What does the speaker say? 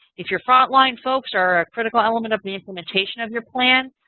if your frontline folks are a critical element of the implementation of your plan,